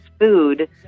food